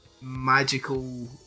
magical